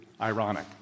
Ironic